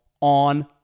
on